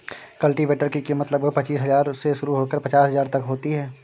cultivator की कीमत लगभग पचीस हजार से शुरू होकर पचास हजार तक होती है